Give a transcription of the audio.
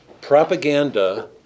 propaganda